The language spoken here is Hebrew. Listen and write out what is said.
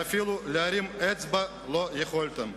ואפילו להרים אצבע לא יכולתם.